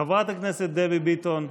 חברת הכנסת דבי ביטון,